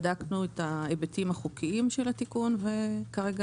בדקנו את ההיבטים החוקיים של התיקון וכרגע